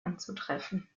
anzutreffen